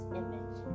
image